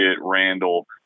Randall